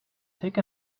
take